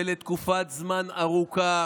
ולתקופת זמן ארוכה.